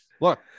look